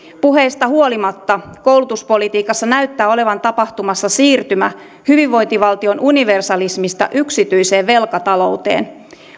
puheista huolimatta koulutuspolitiikassa näyttää olevan tapahtumassa siirtymä hyvinvointivaltion universalismista yksityiseen velkatalouteen